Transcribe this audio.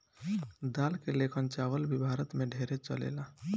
दाल के लेखन चावल भी भारत मे ढेरे चलेला